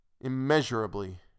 immeasurably